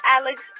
Alex